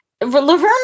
Laverne